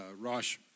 Rosh